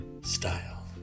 style